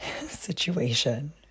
situation